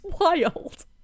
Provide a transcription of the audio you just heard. wild